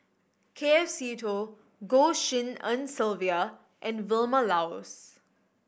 K F Seetoh Goh Tshin En Sylvia and Vilma Laus